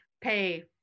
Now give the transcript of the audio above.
pay